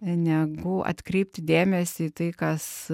negu atkreipti dėmesį į tai kas